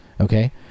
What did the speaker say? Okay